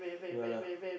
ya lah